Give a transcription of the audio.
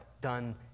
done